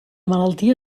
malaltia